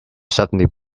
suddenly